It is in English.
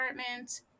apartment